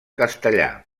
castellà